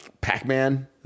Pac-Man